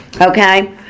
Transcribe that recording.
Okay